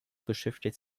beschäftigt